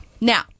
now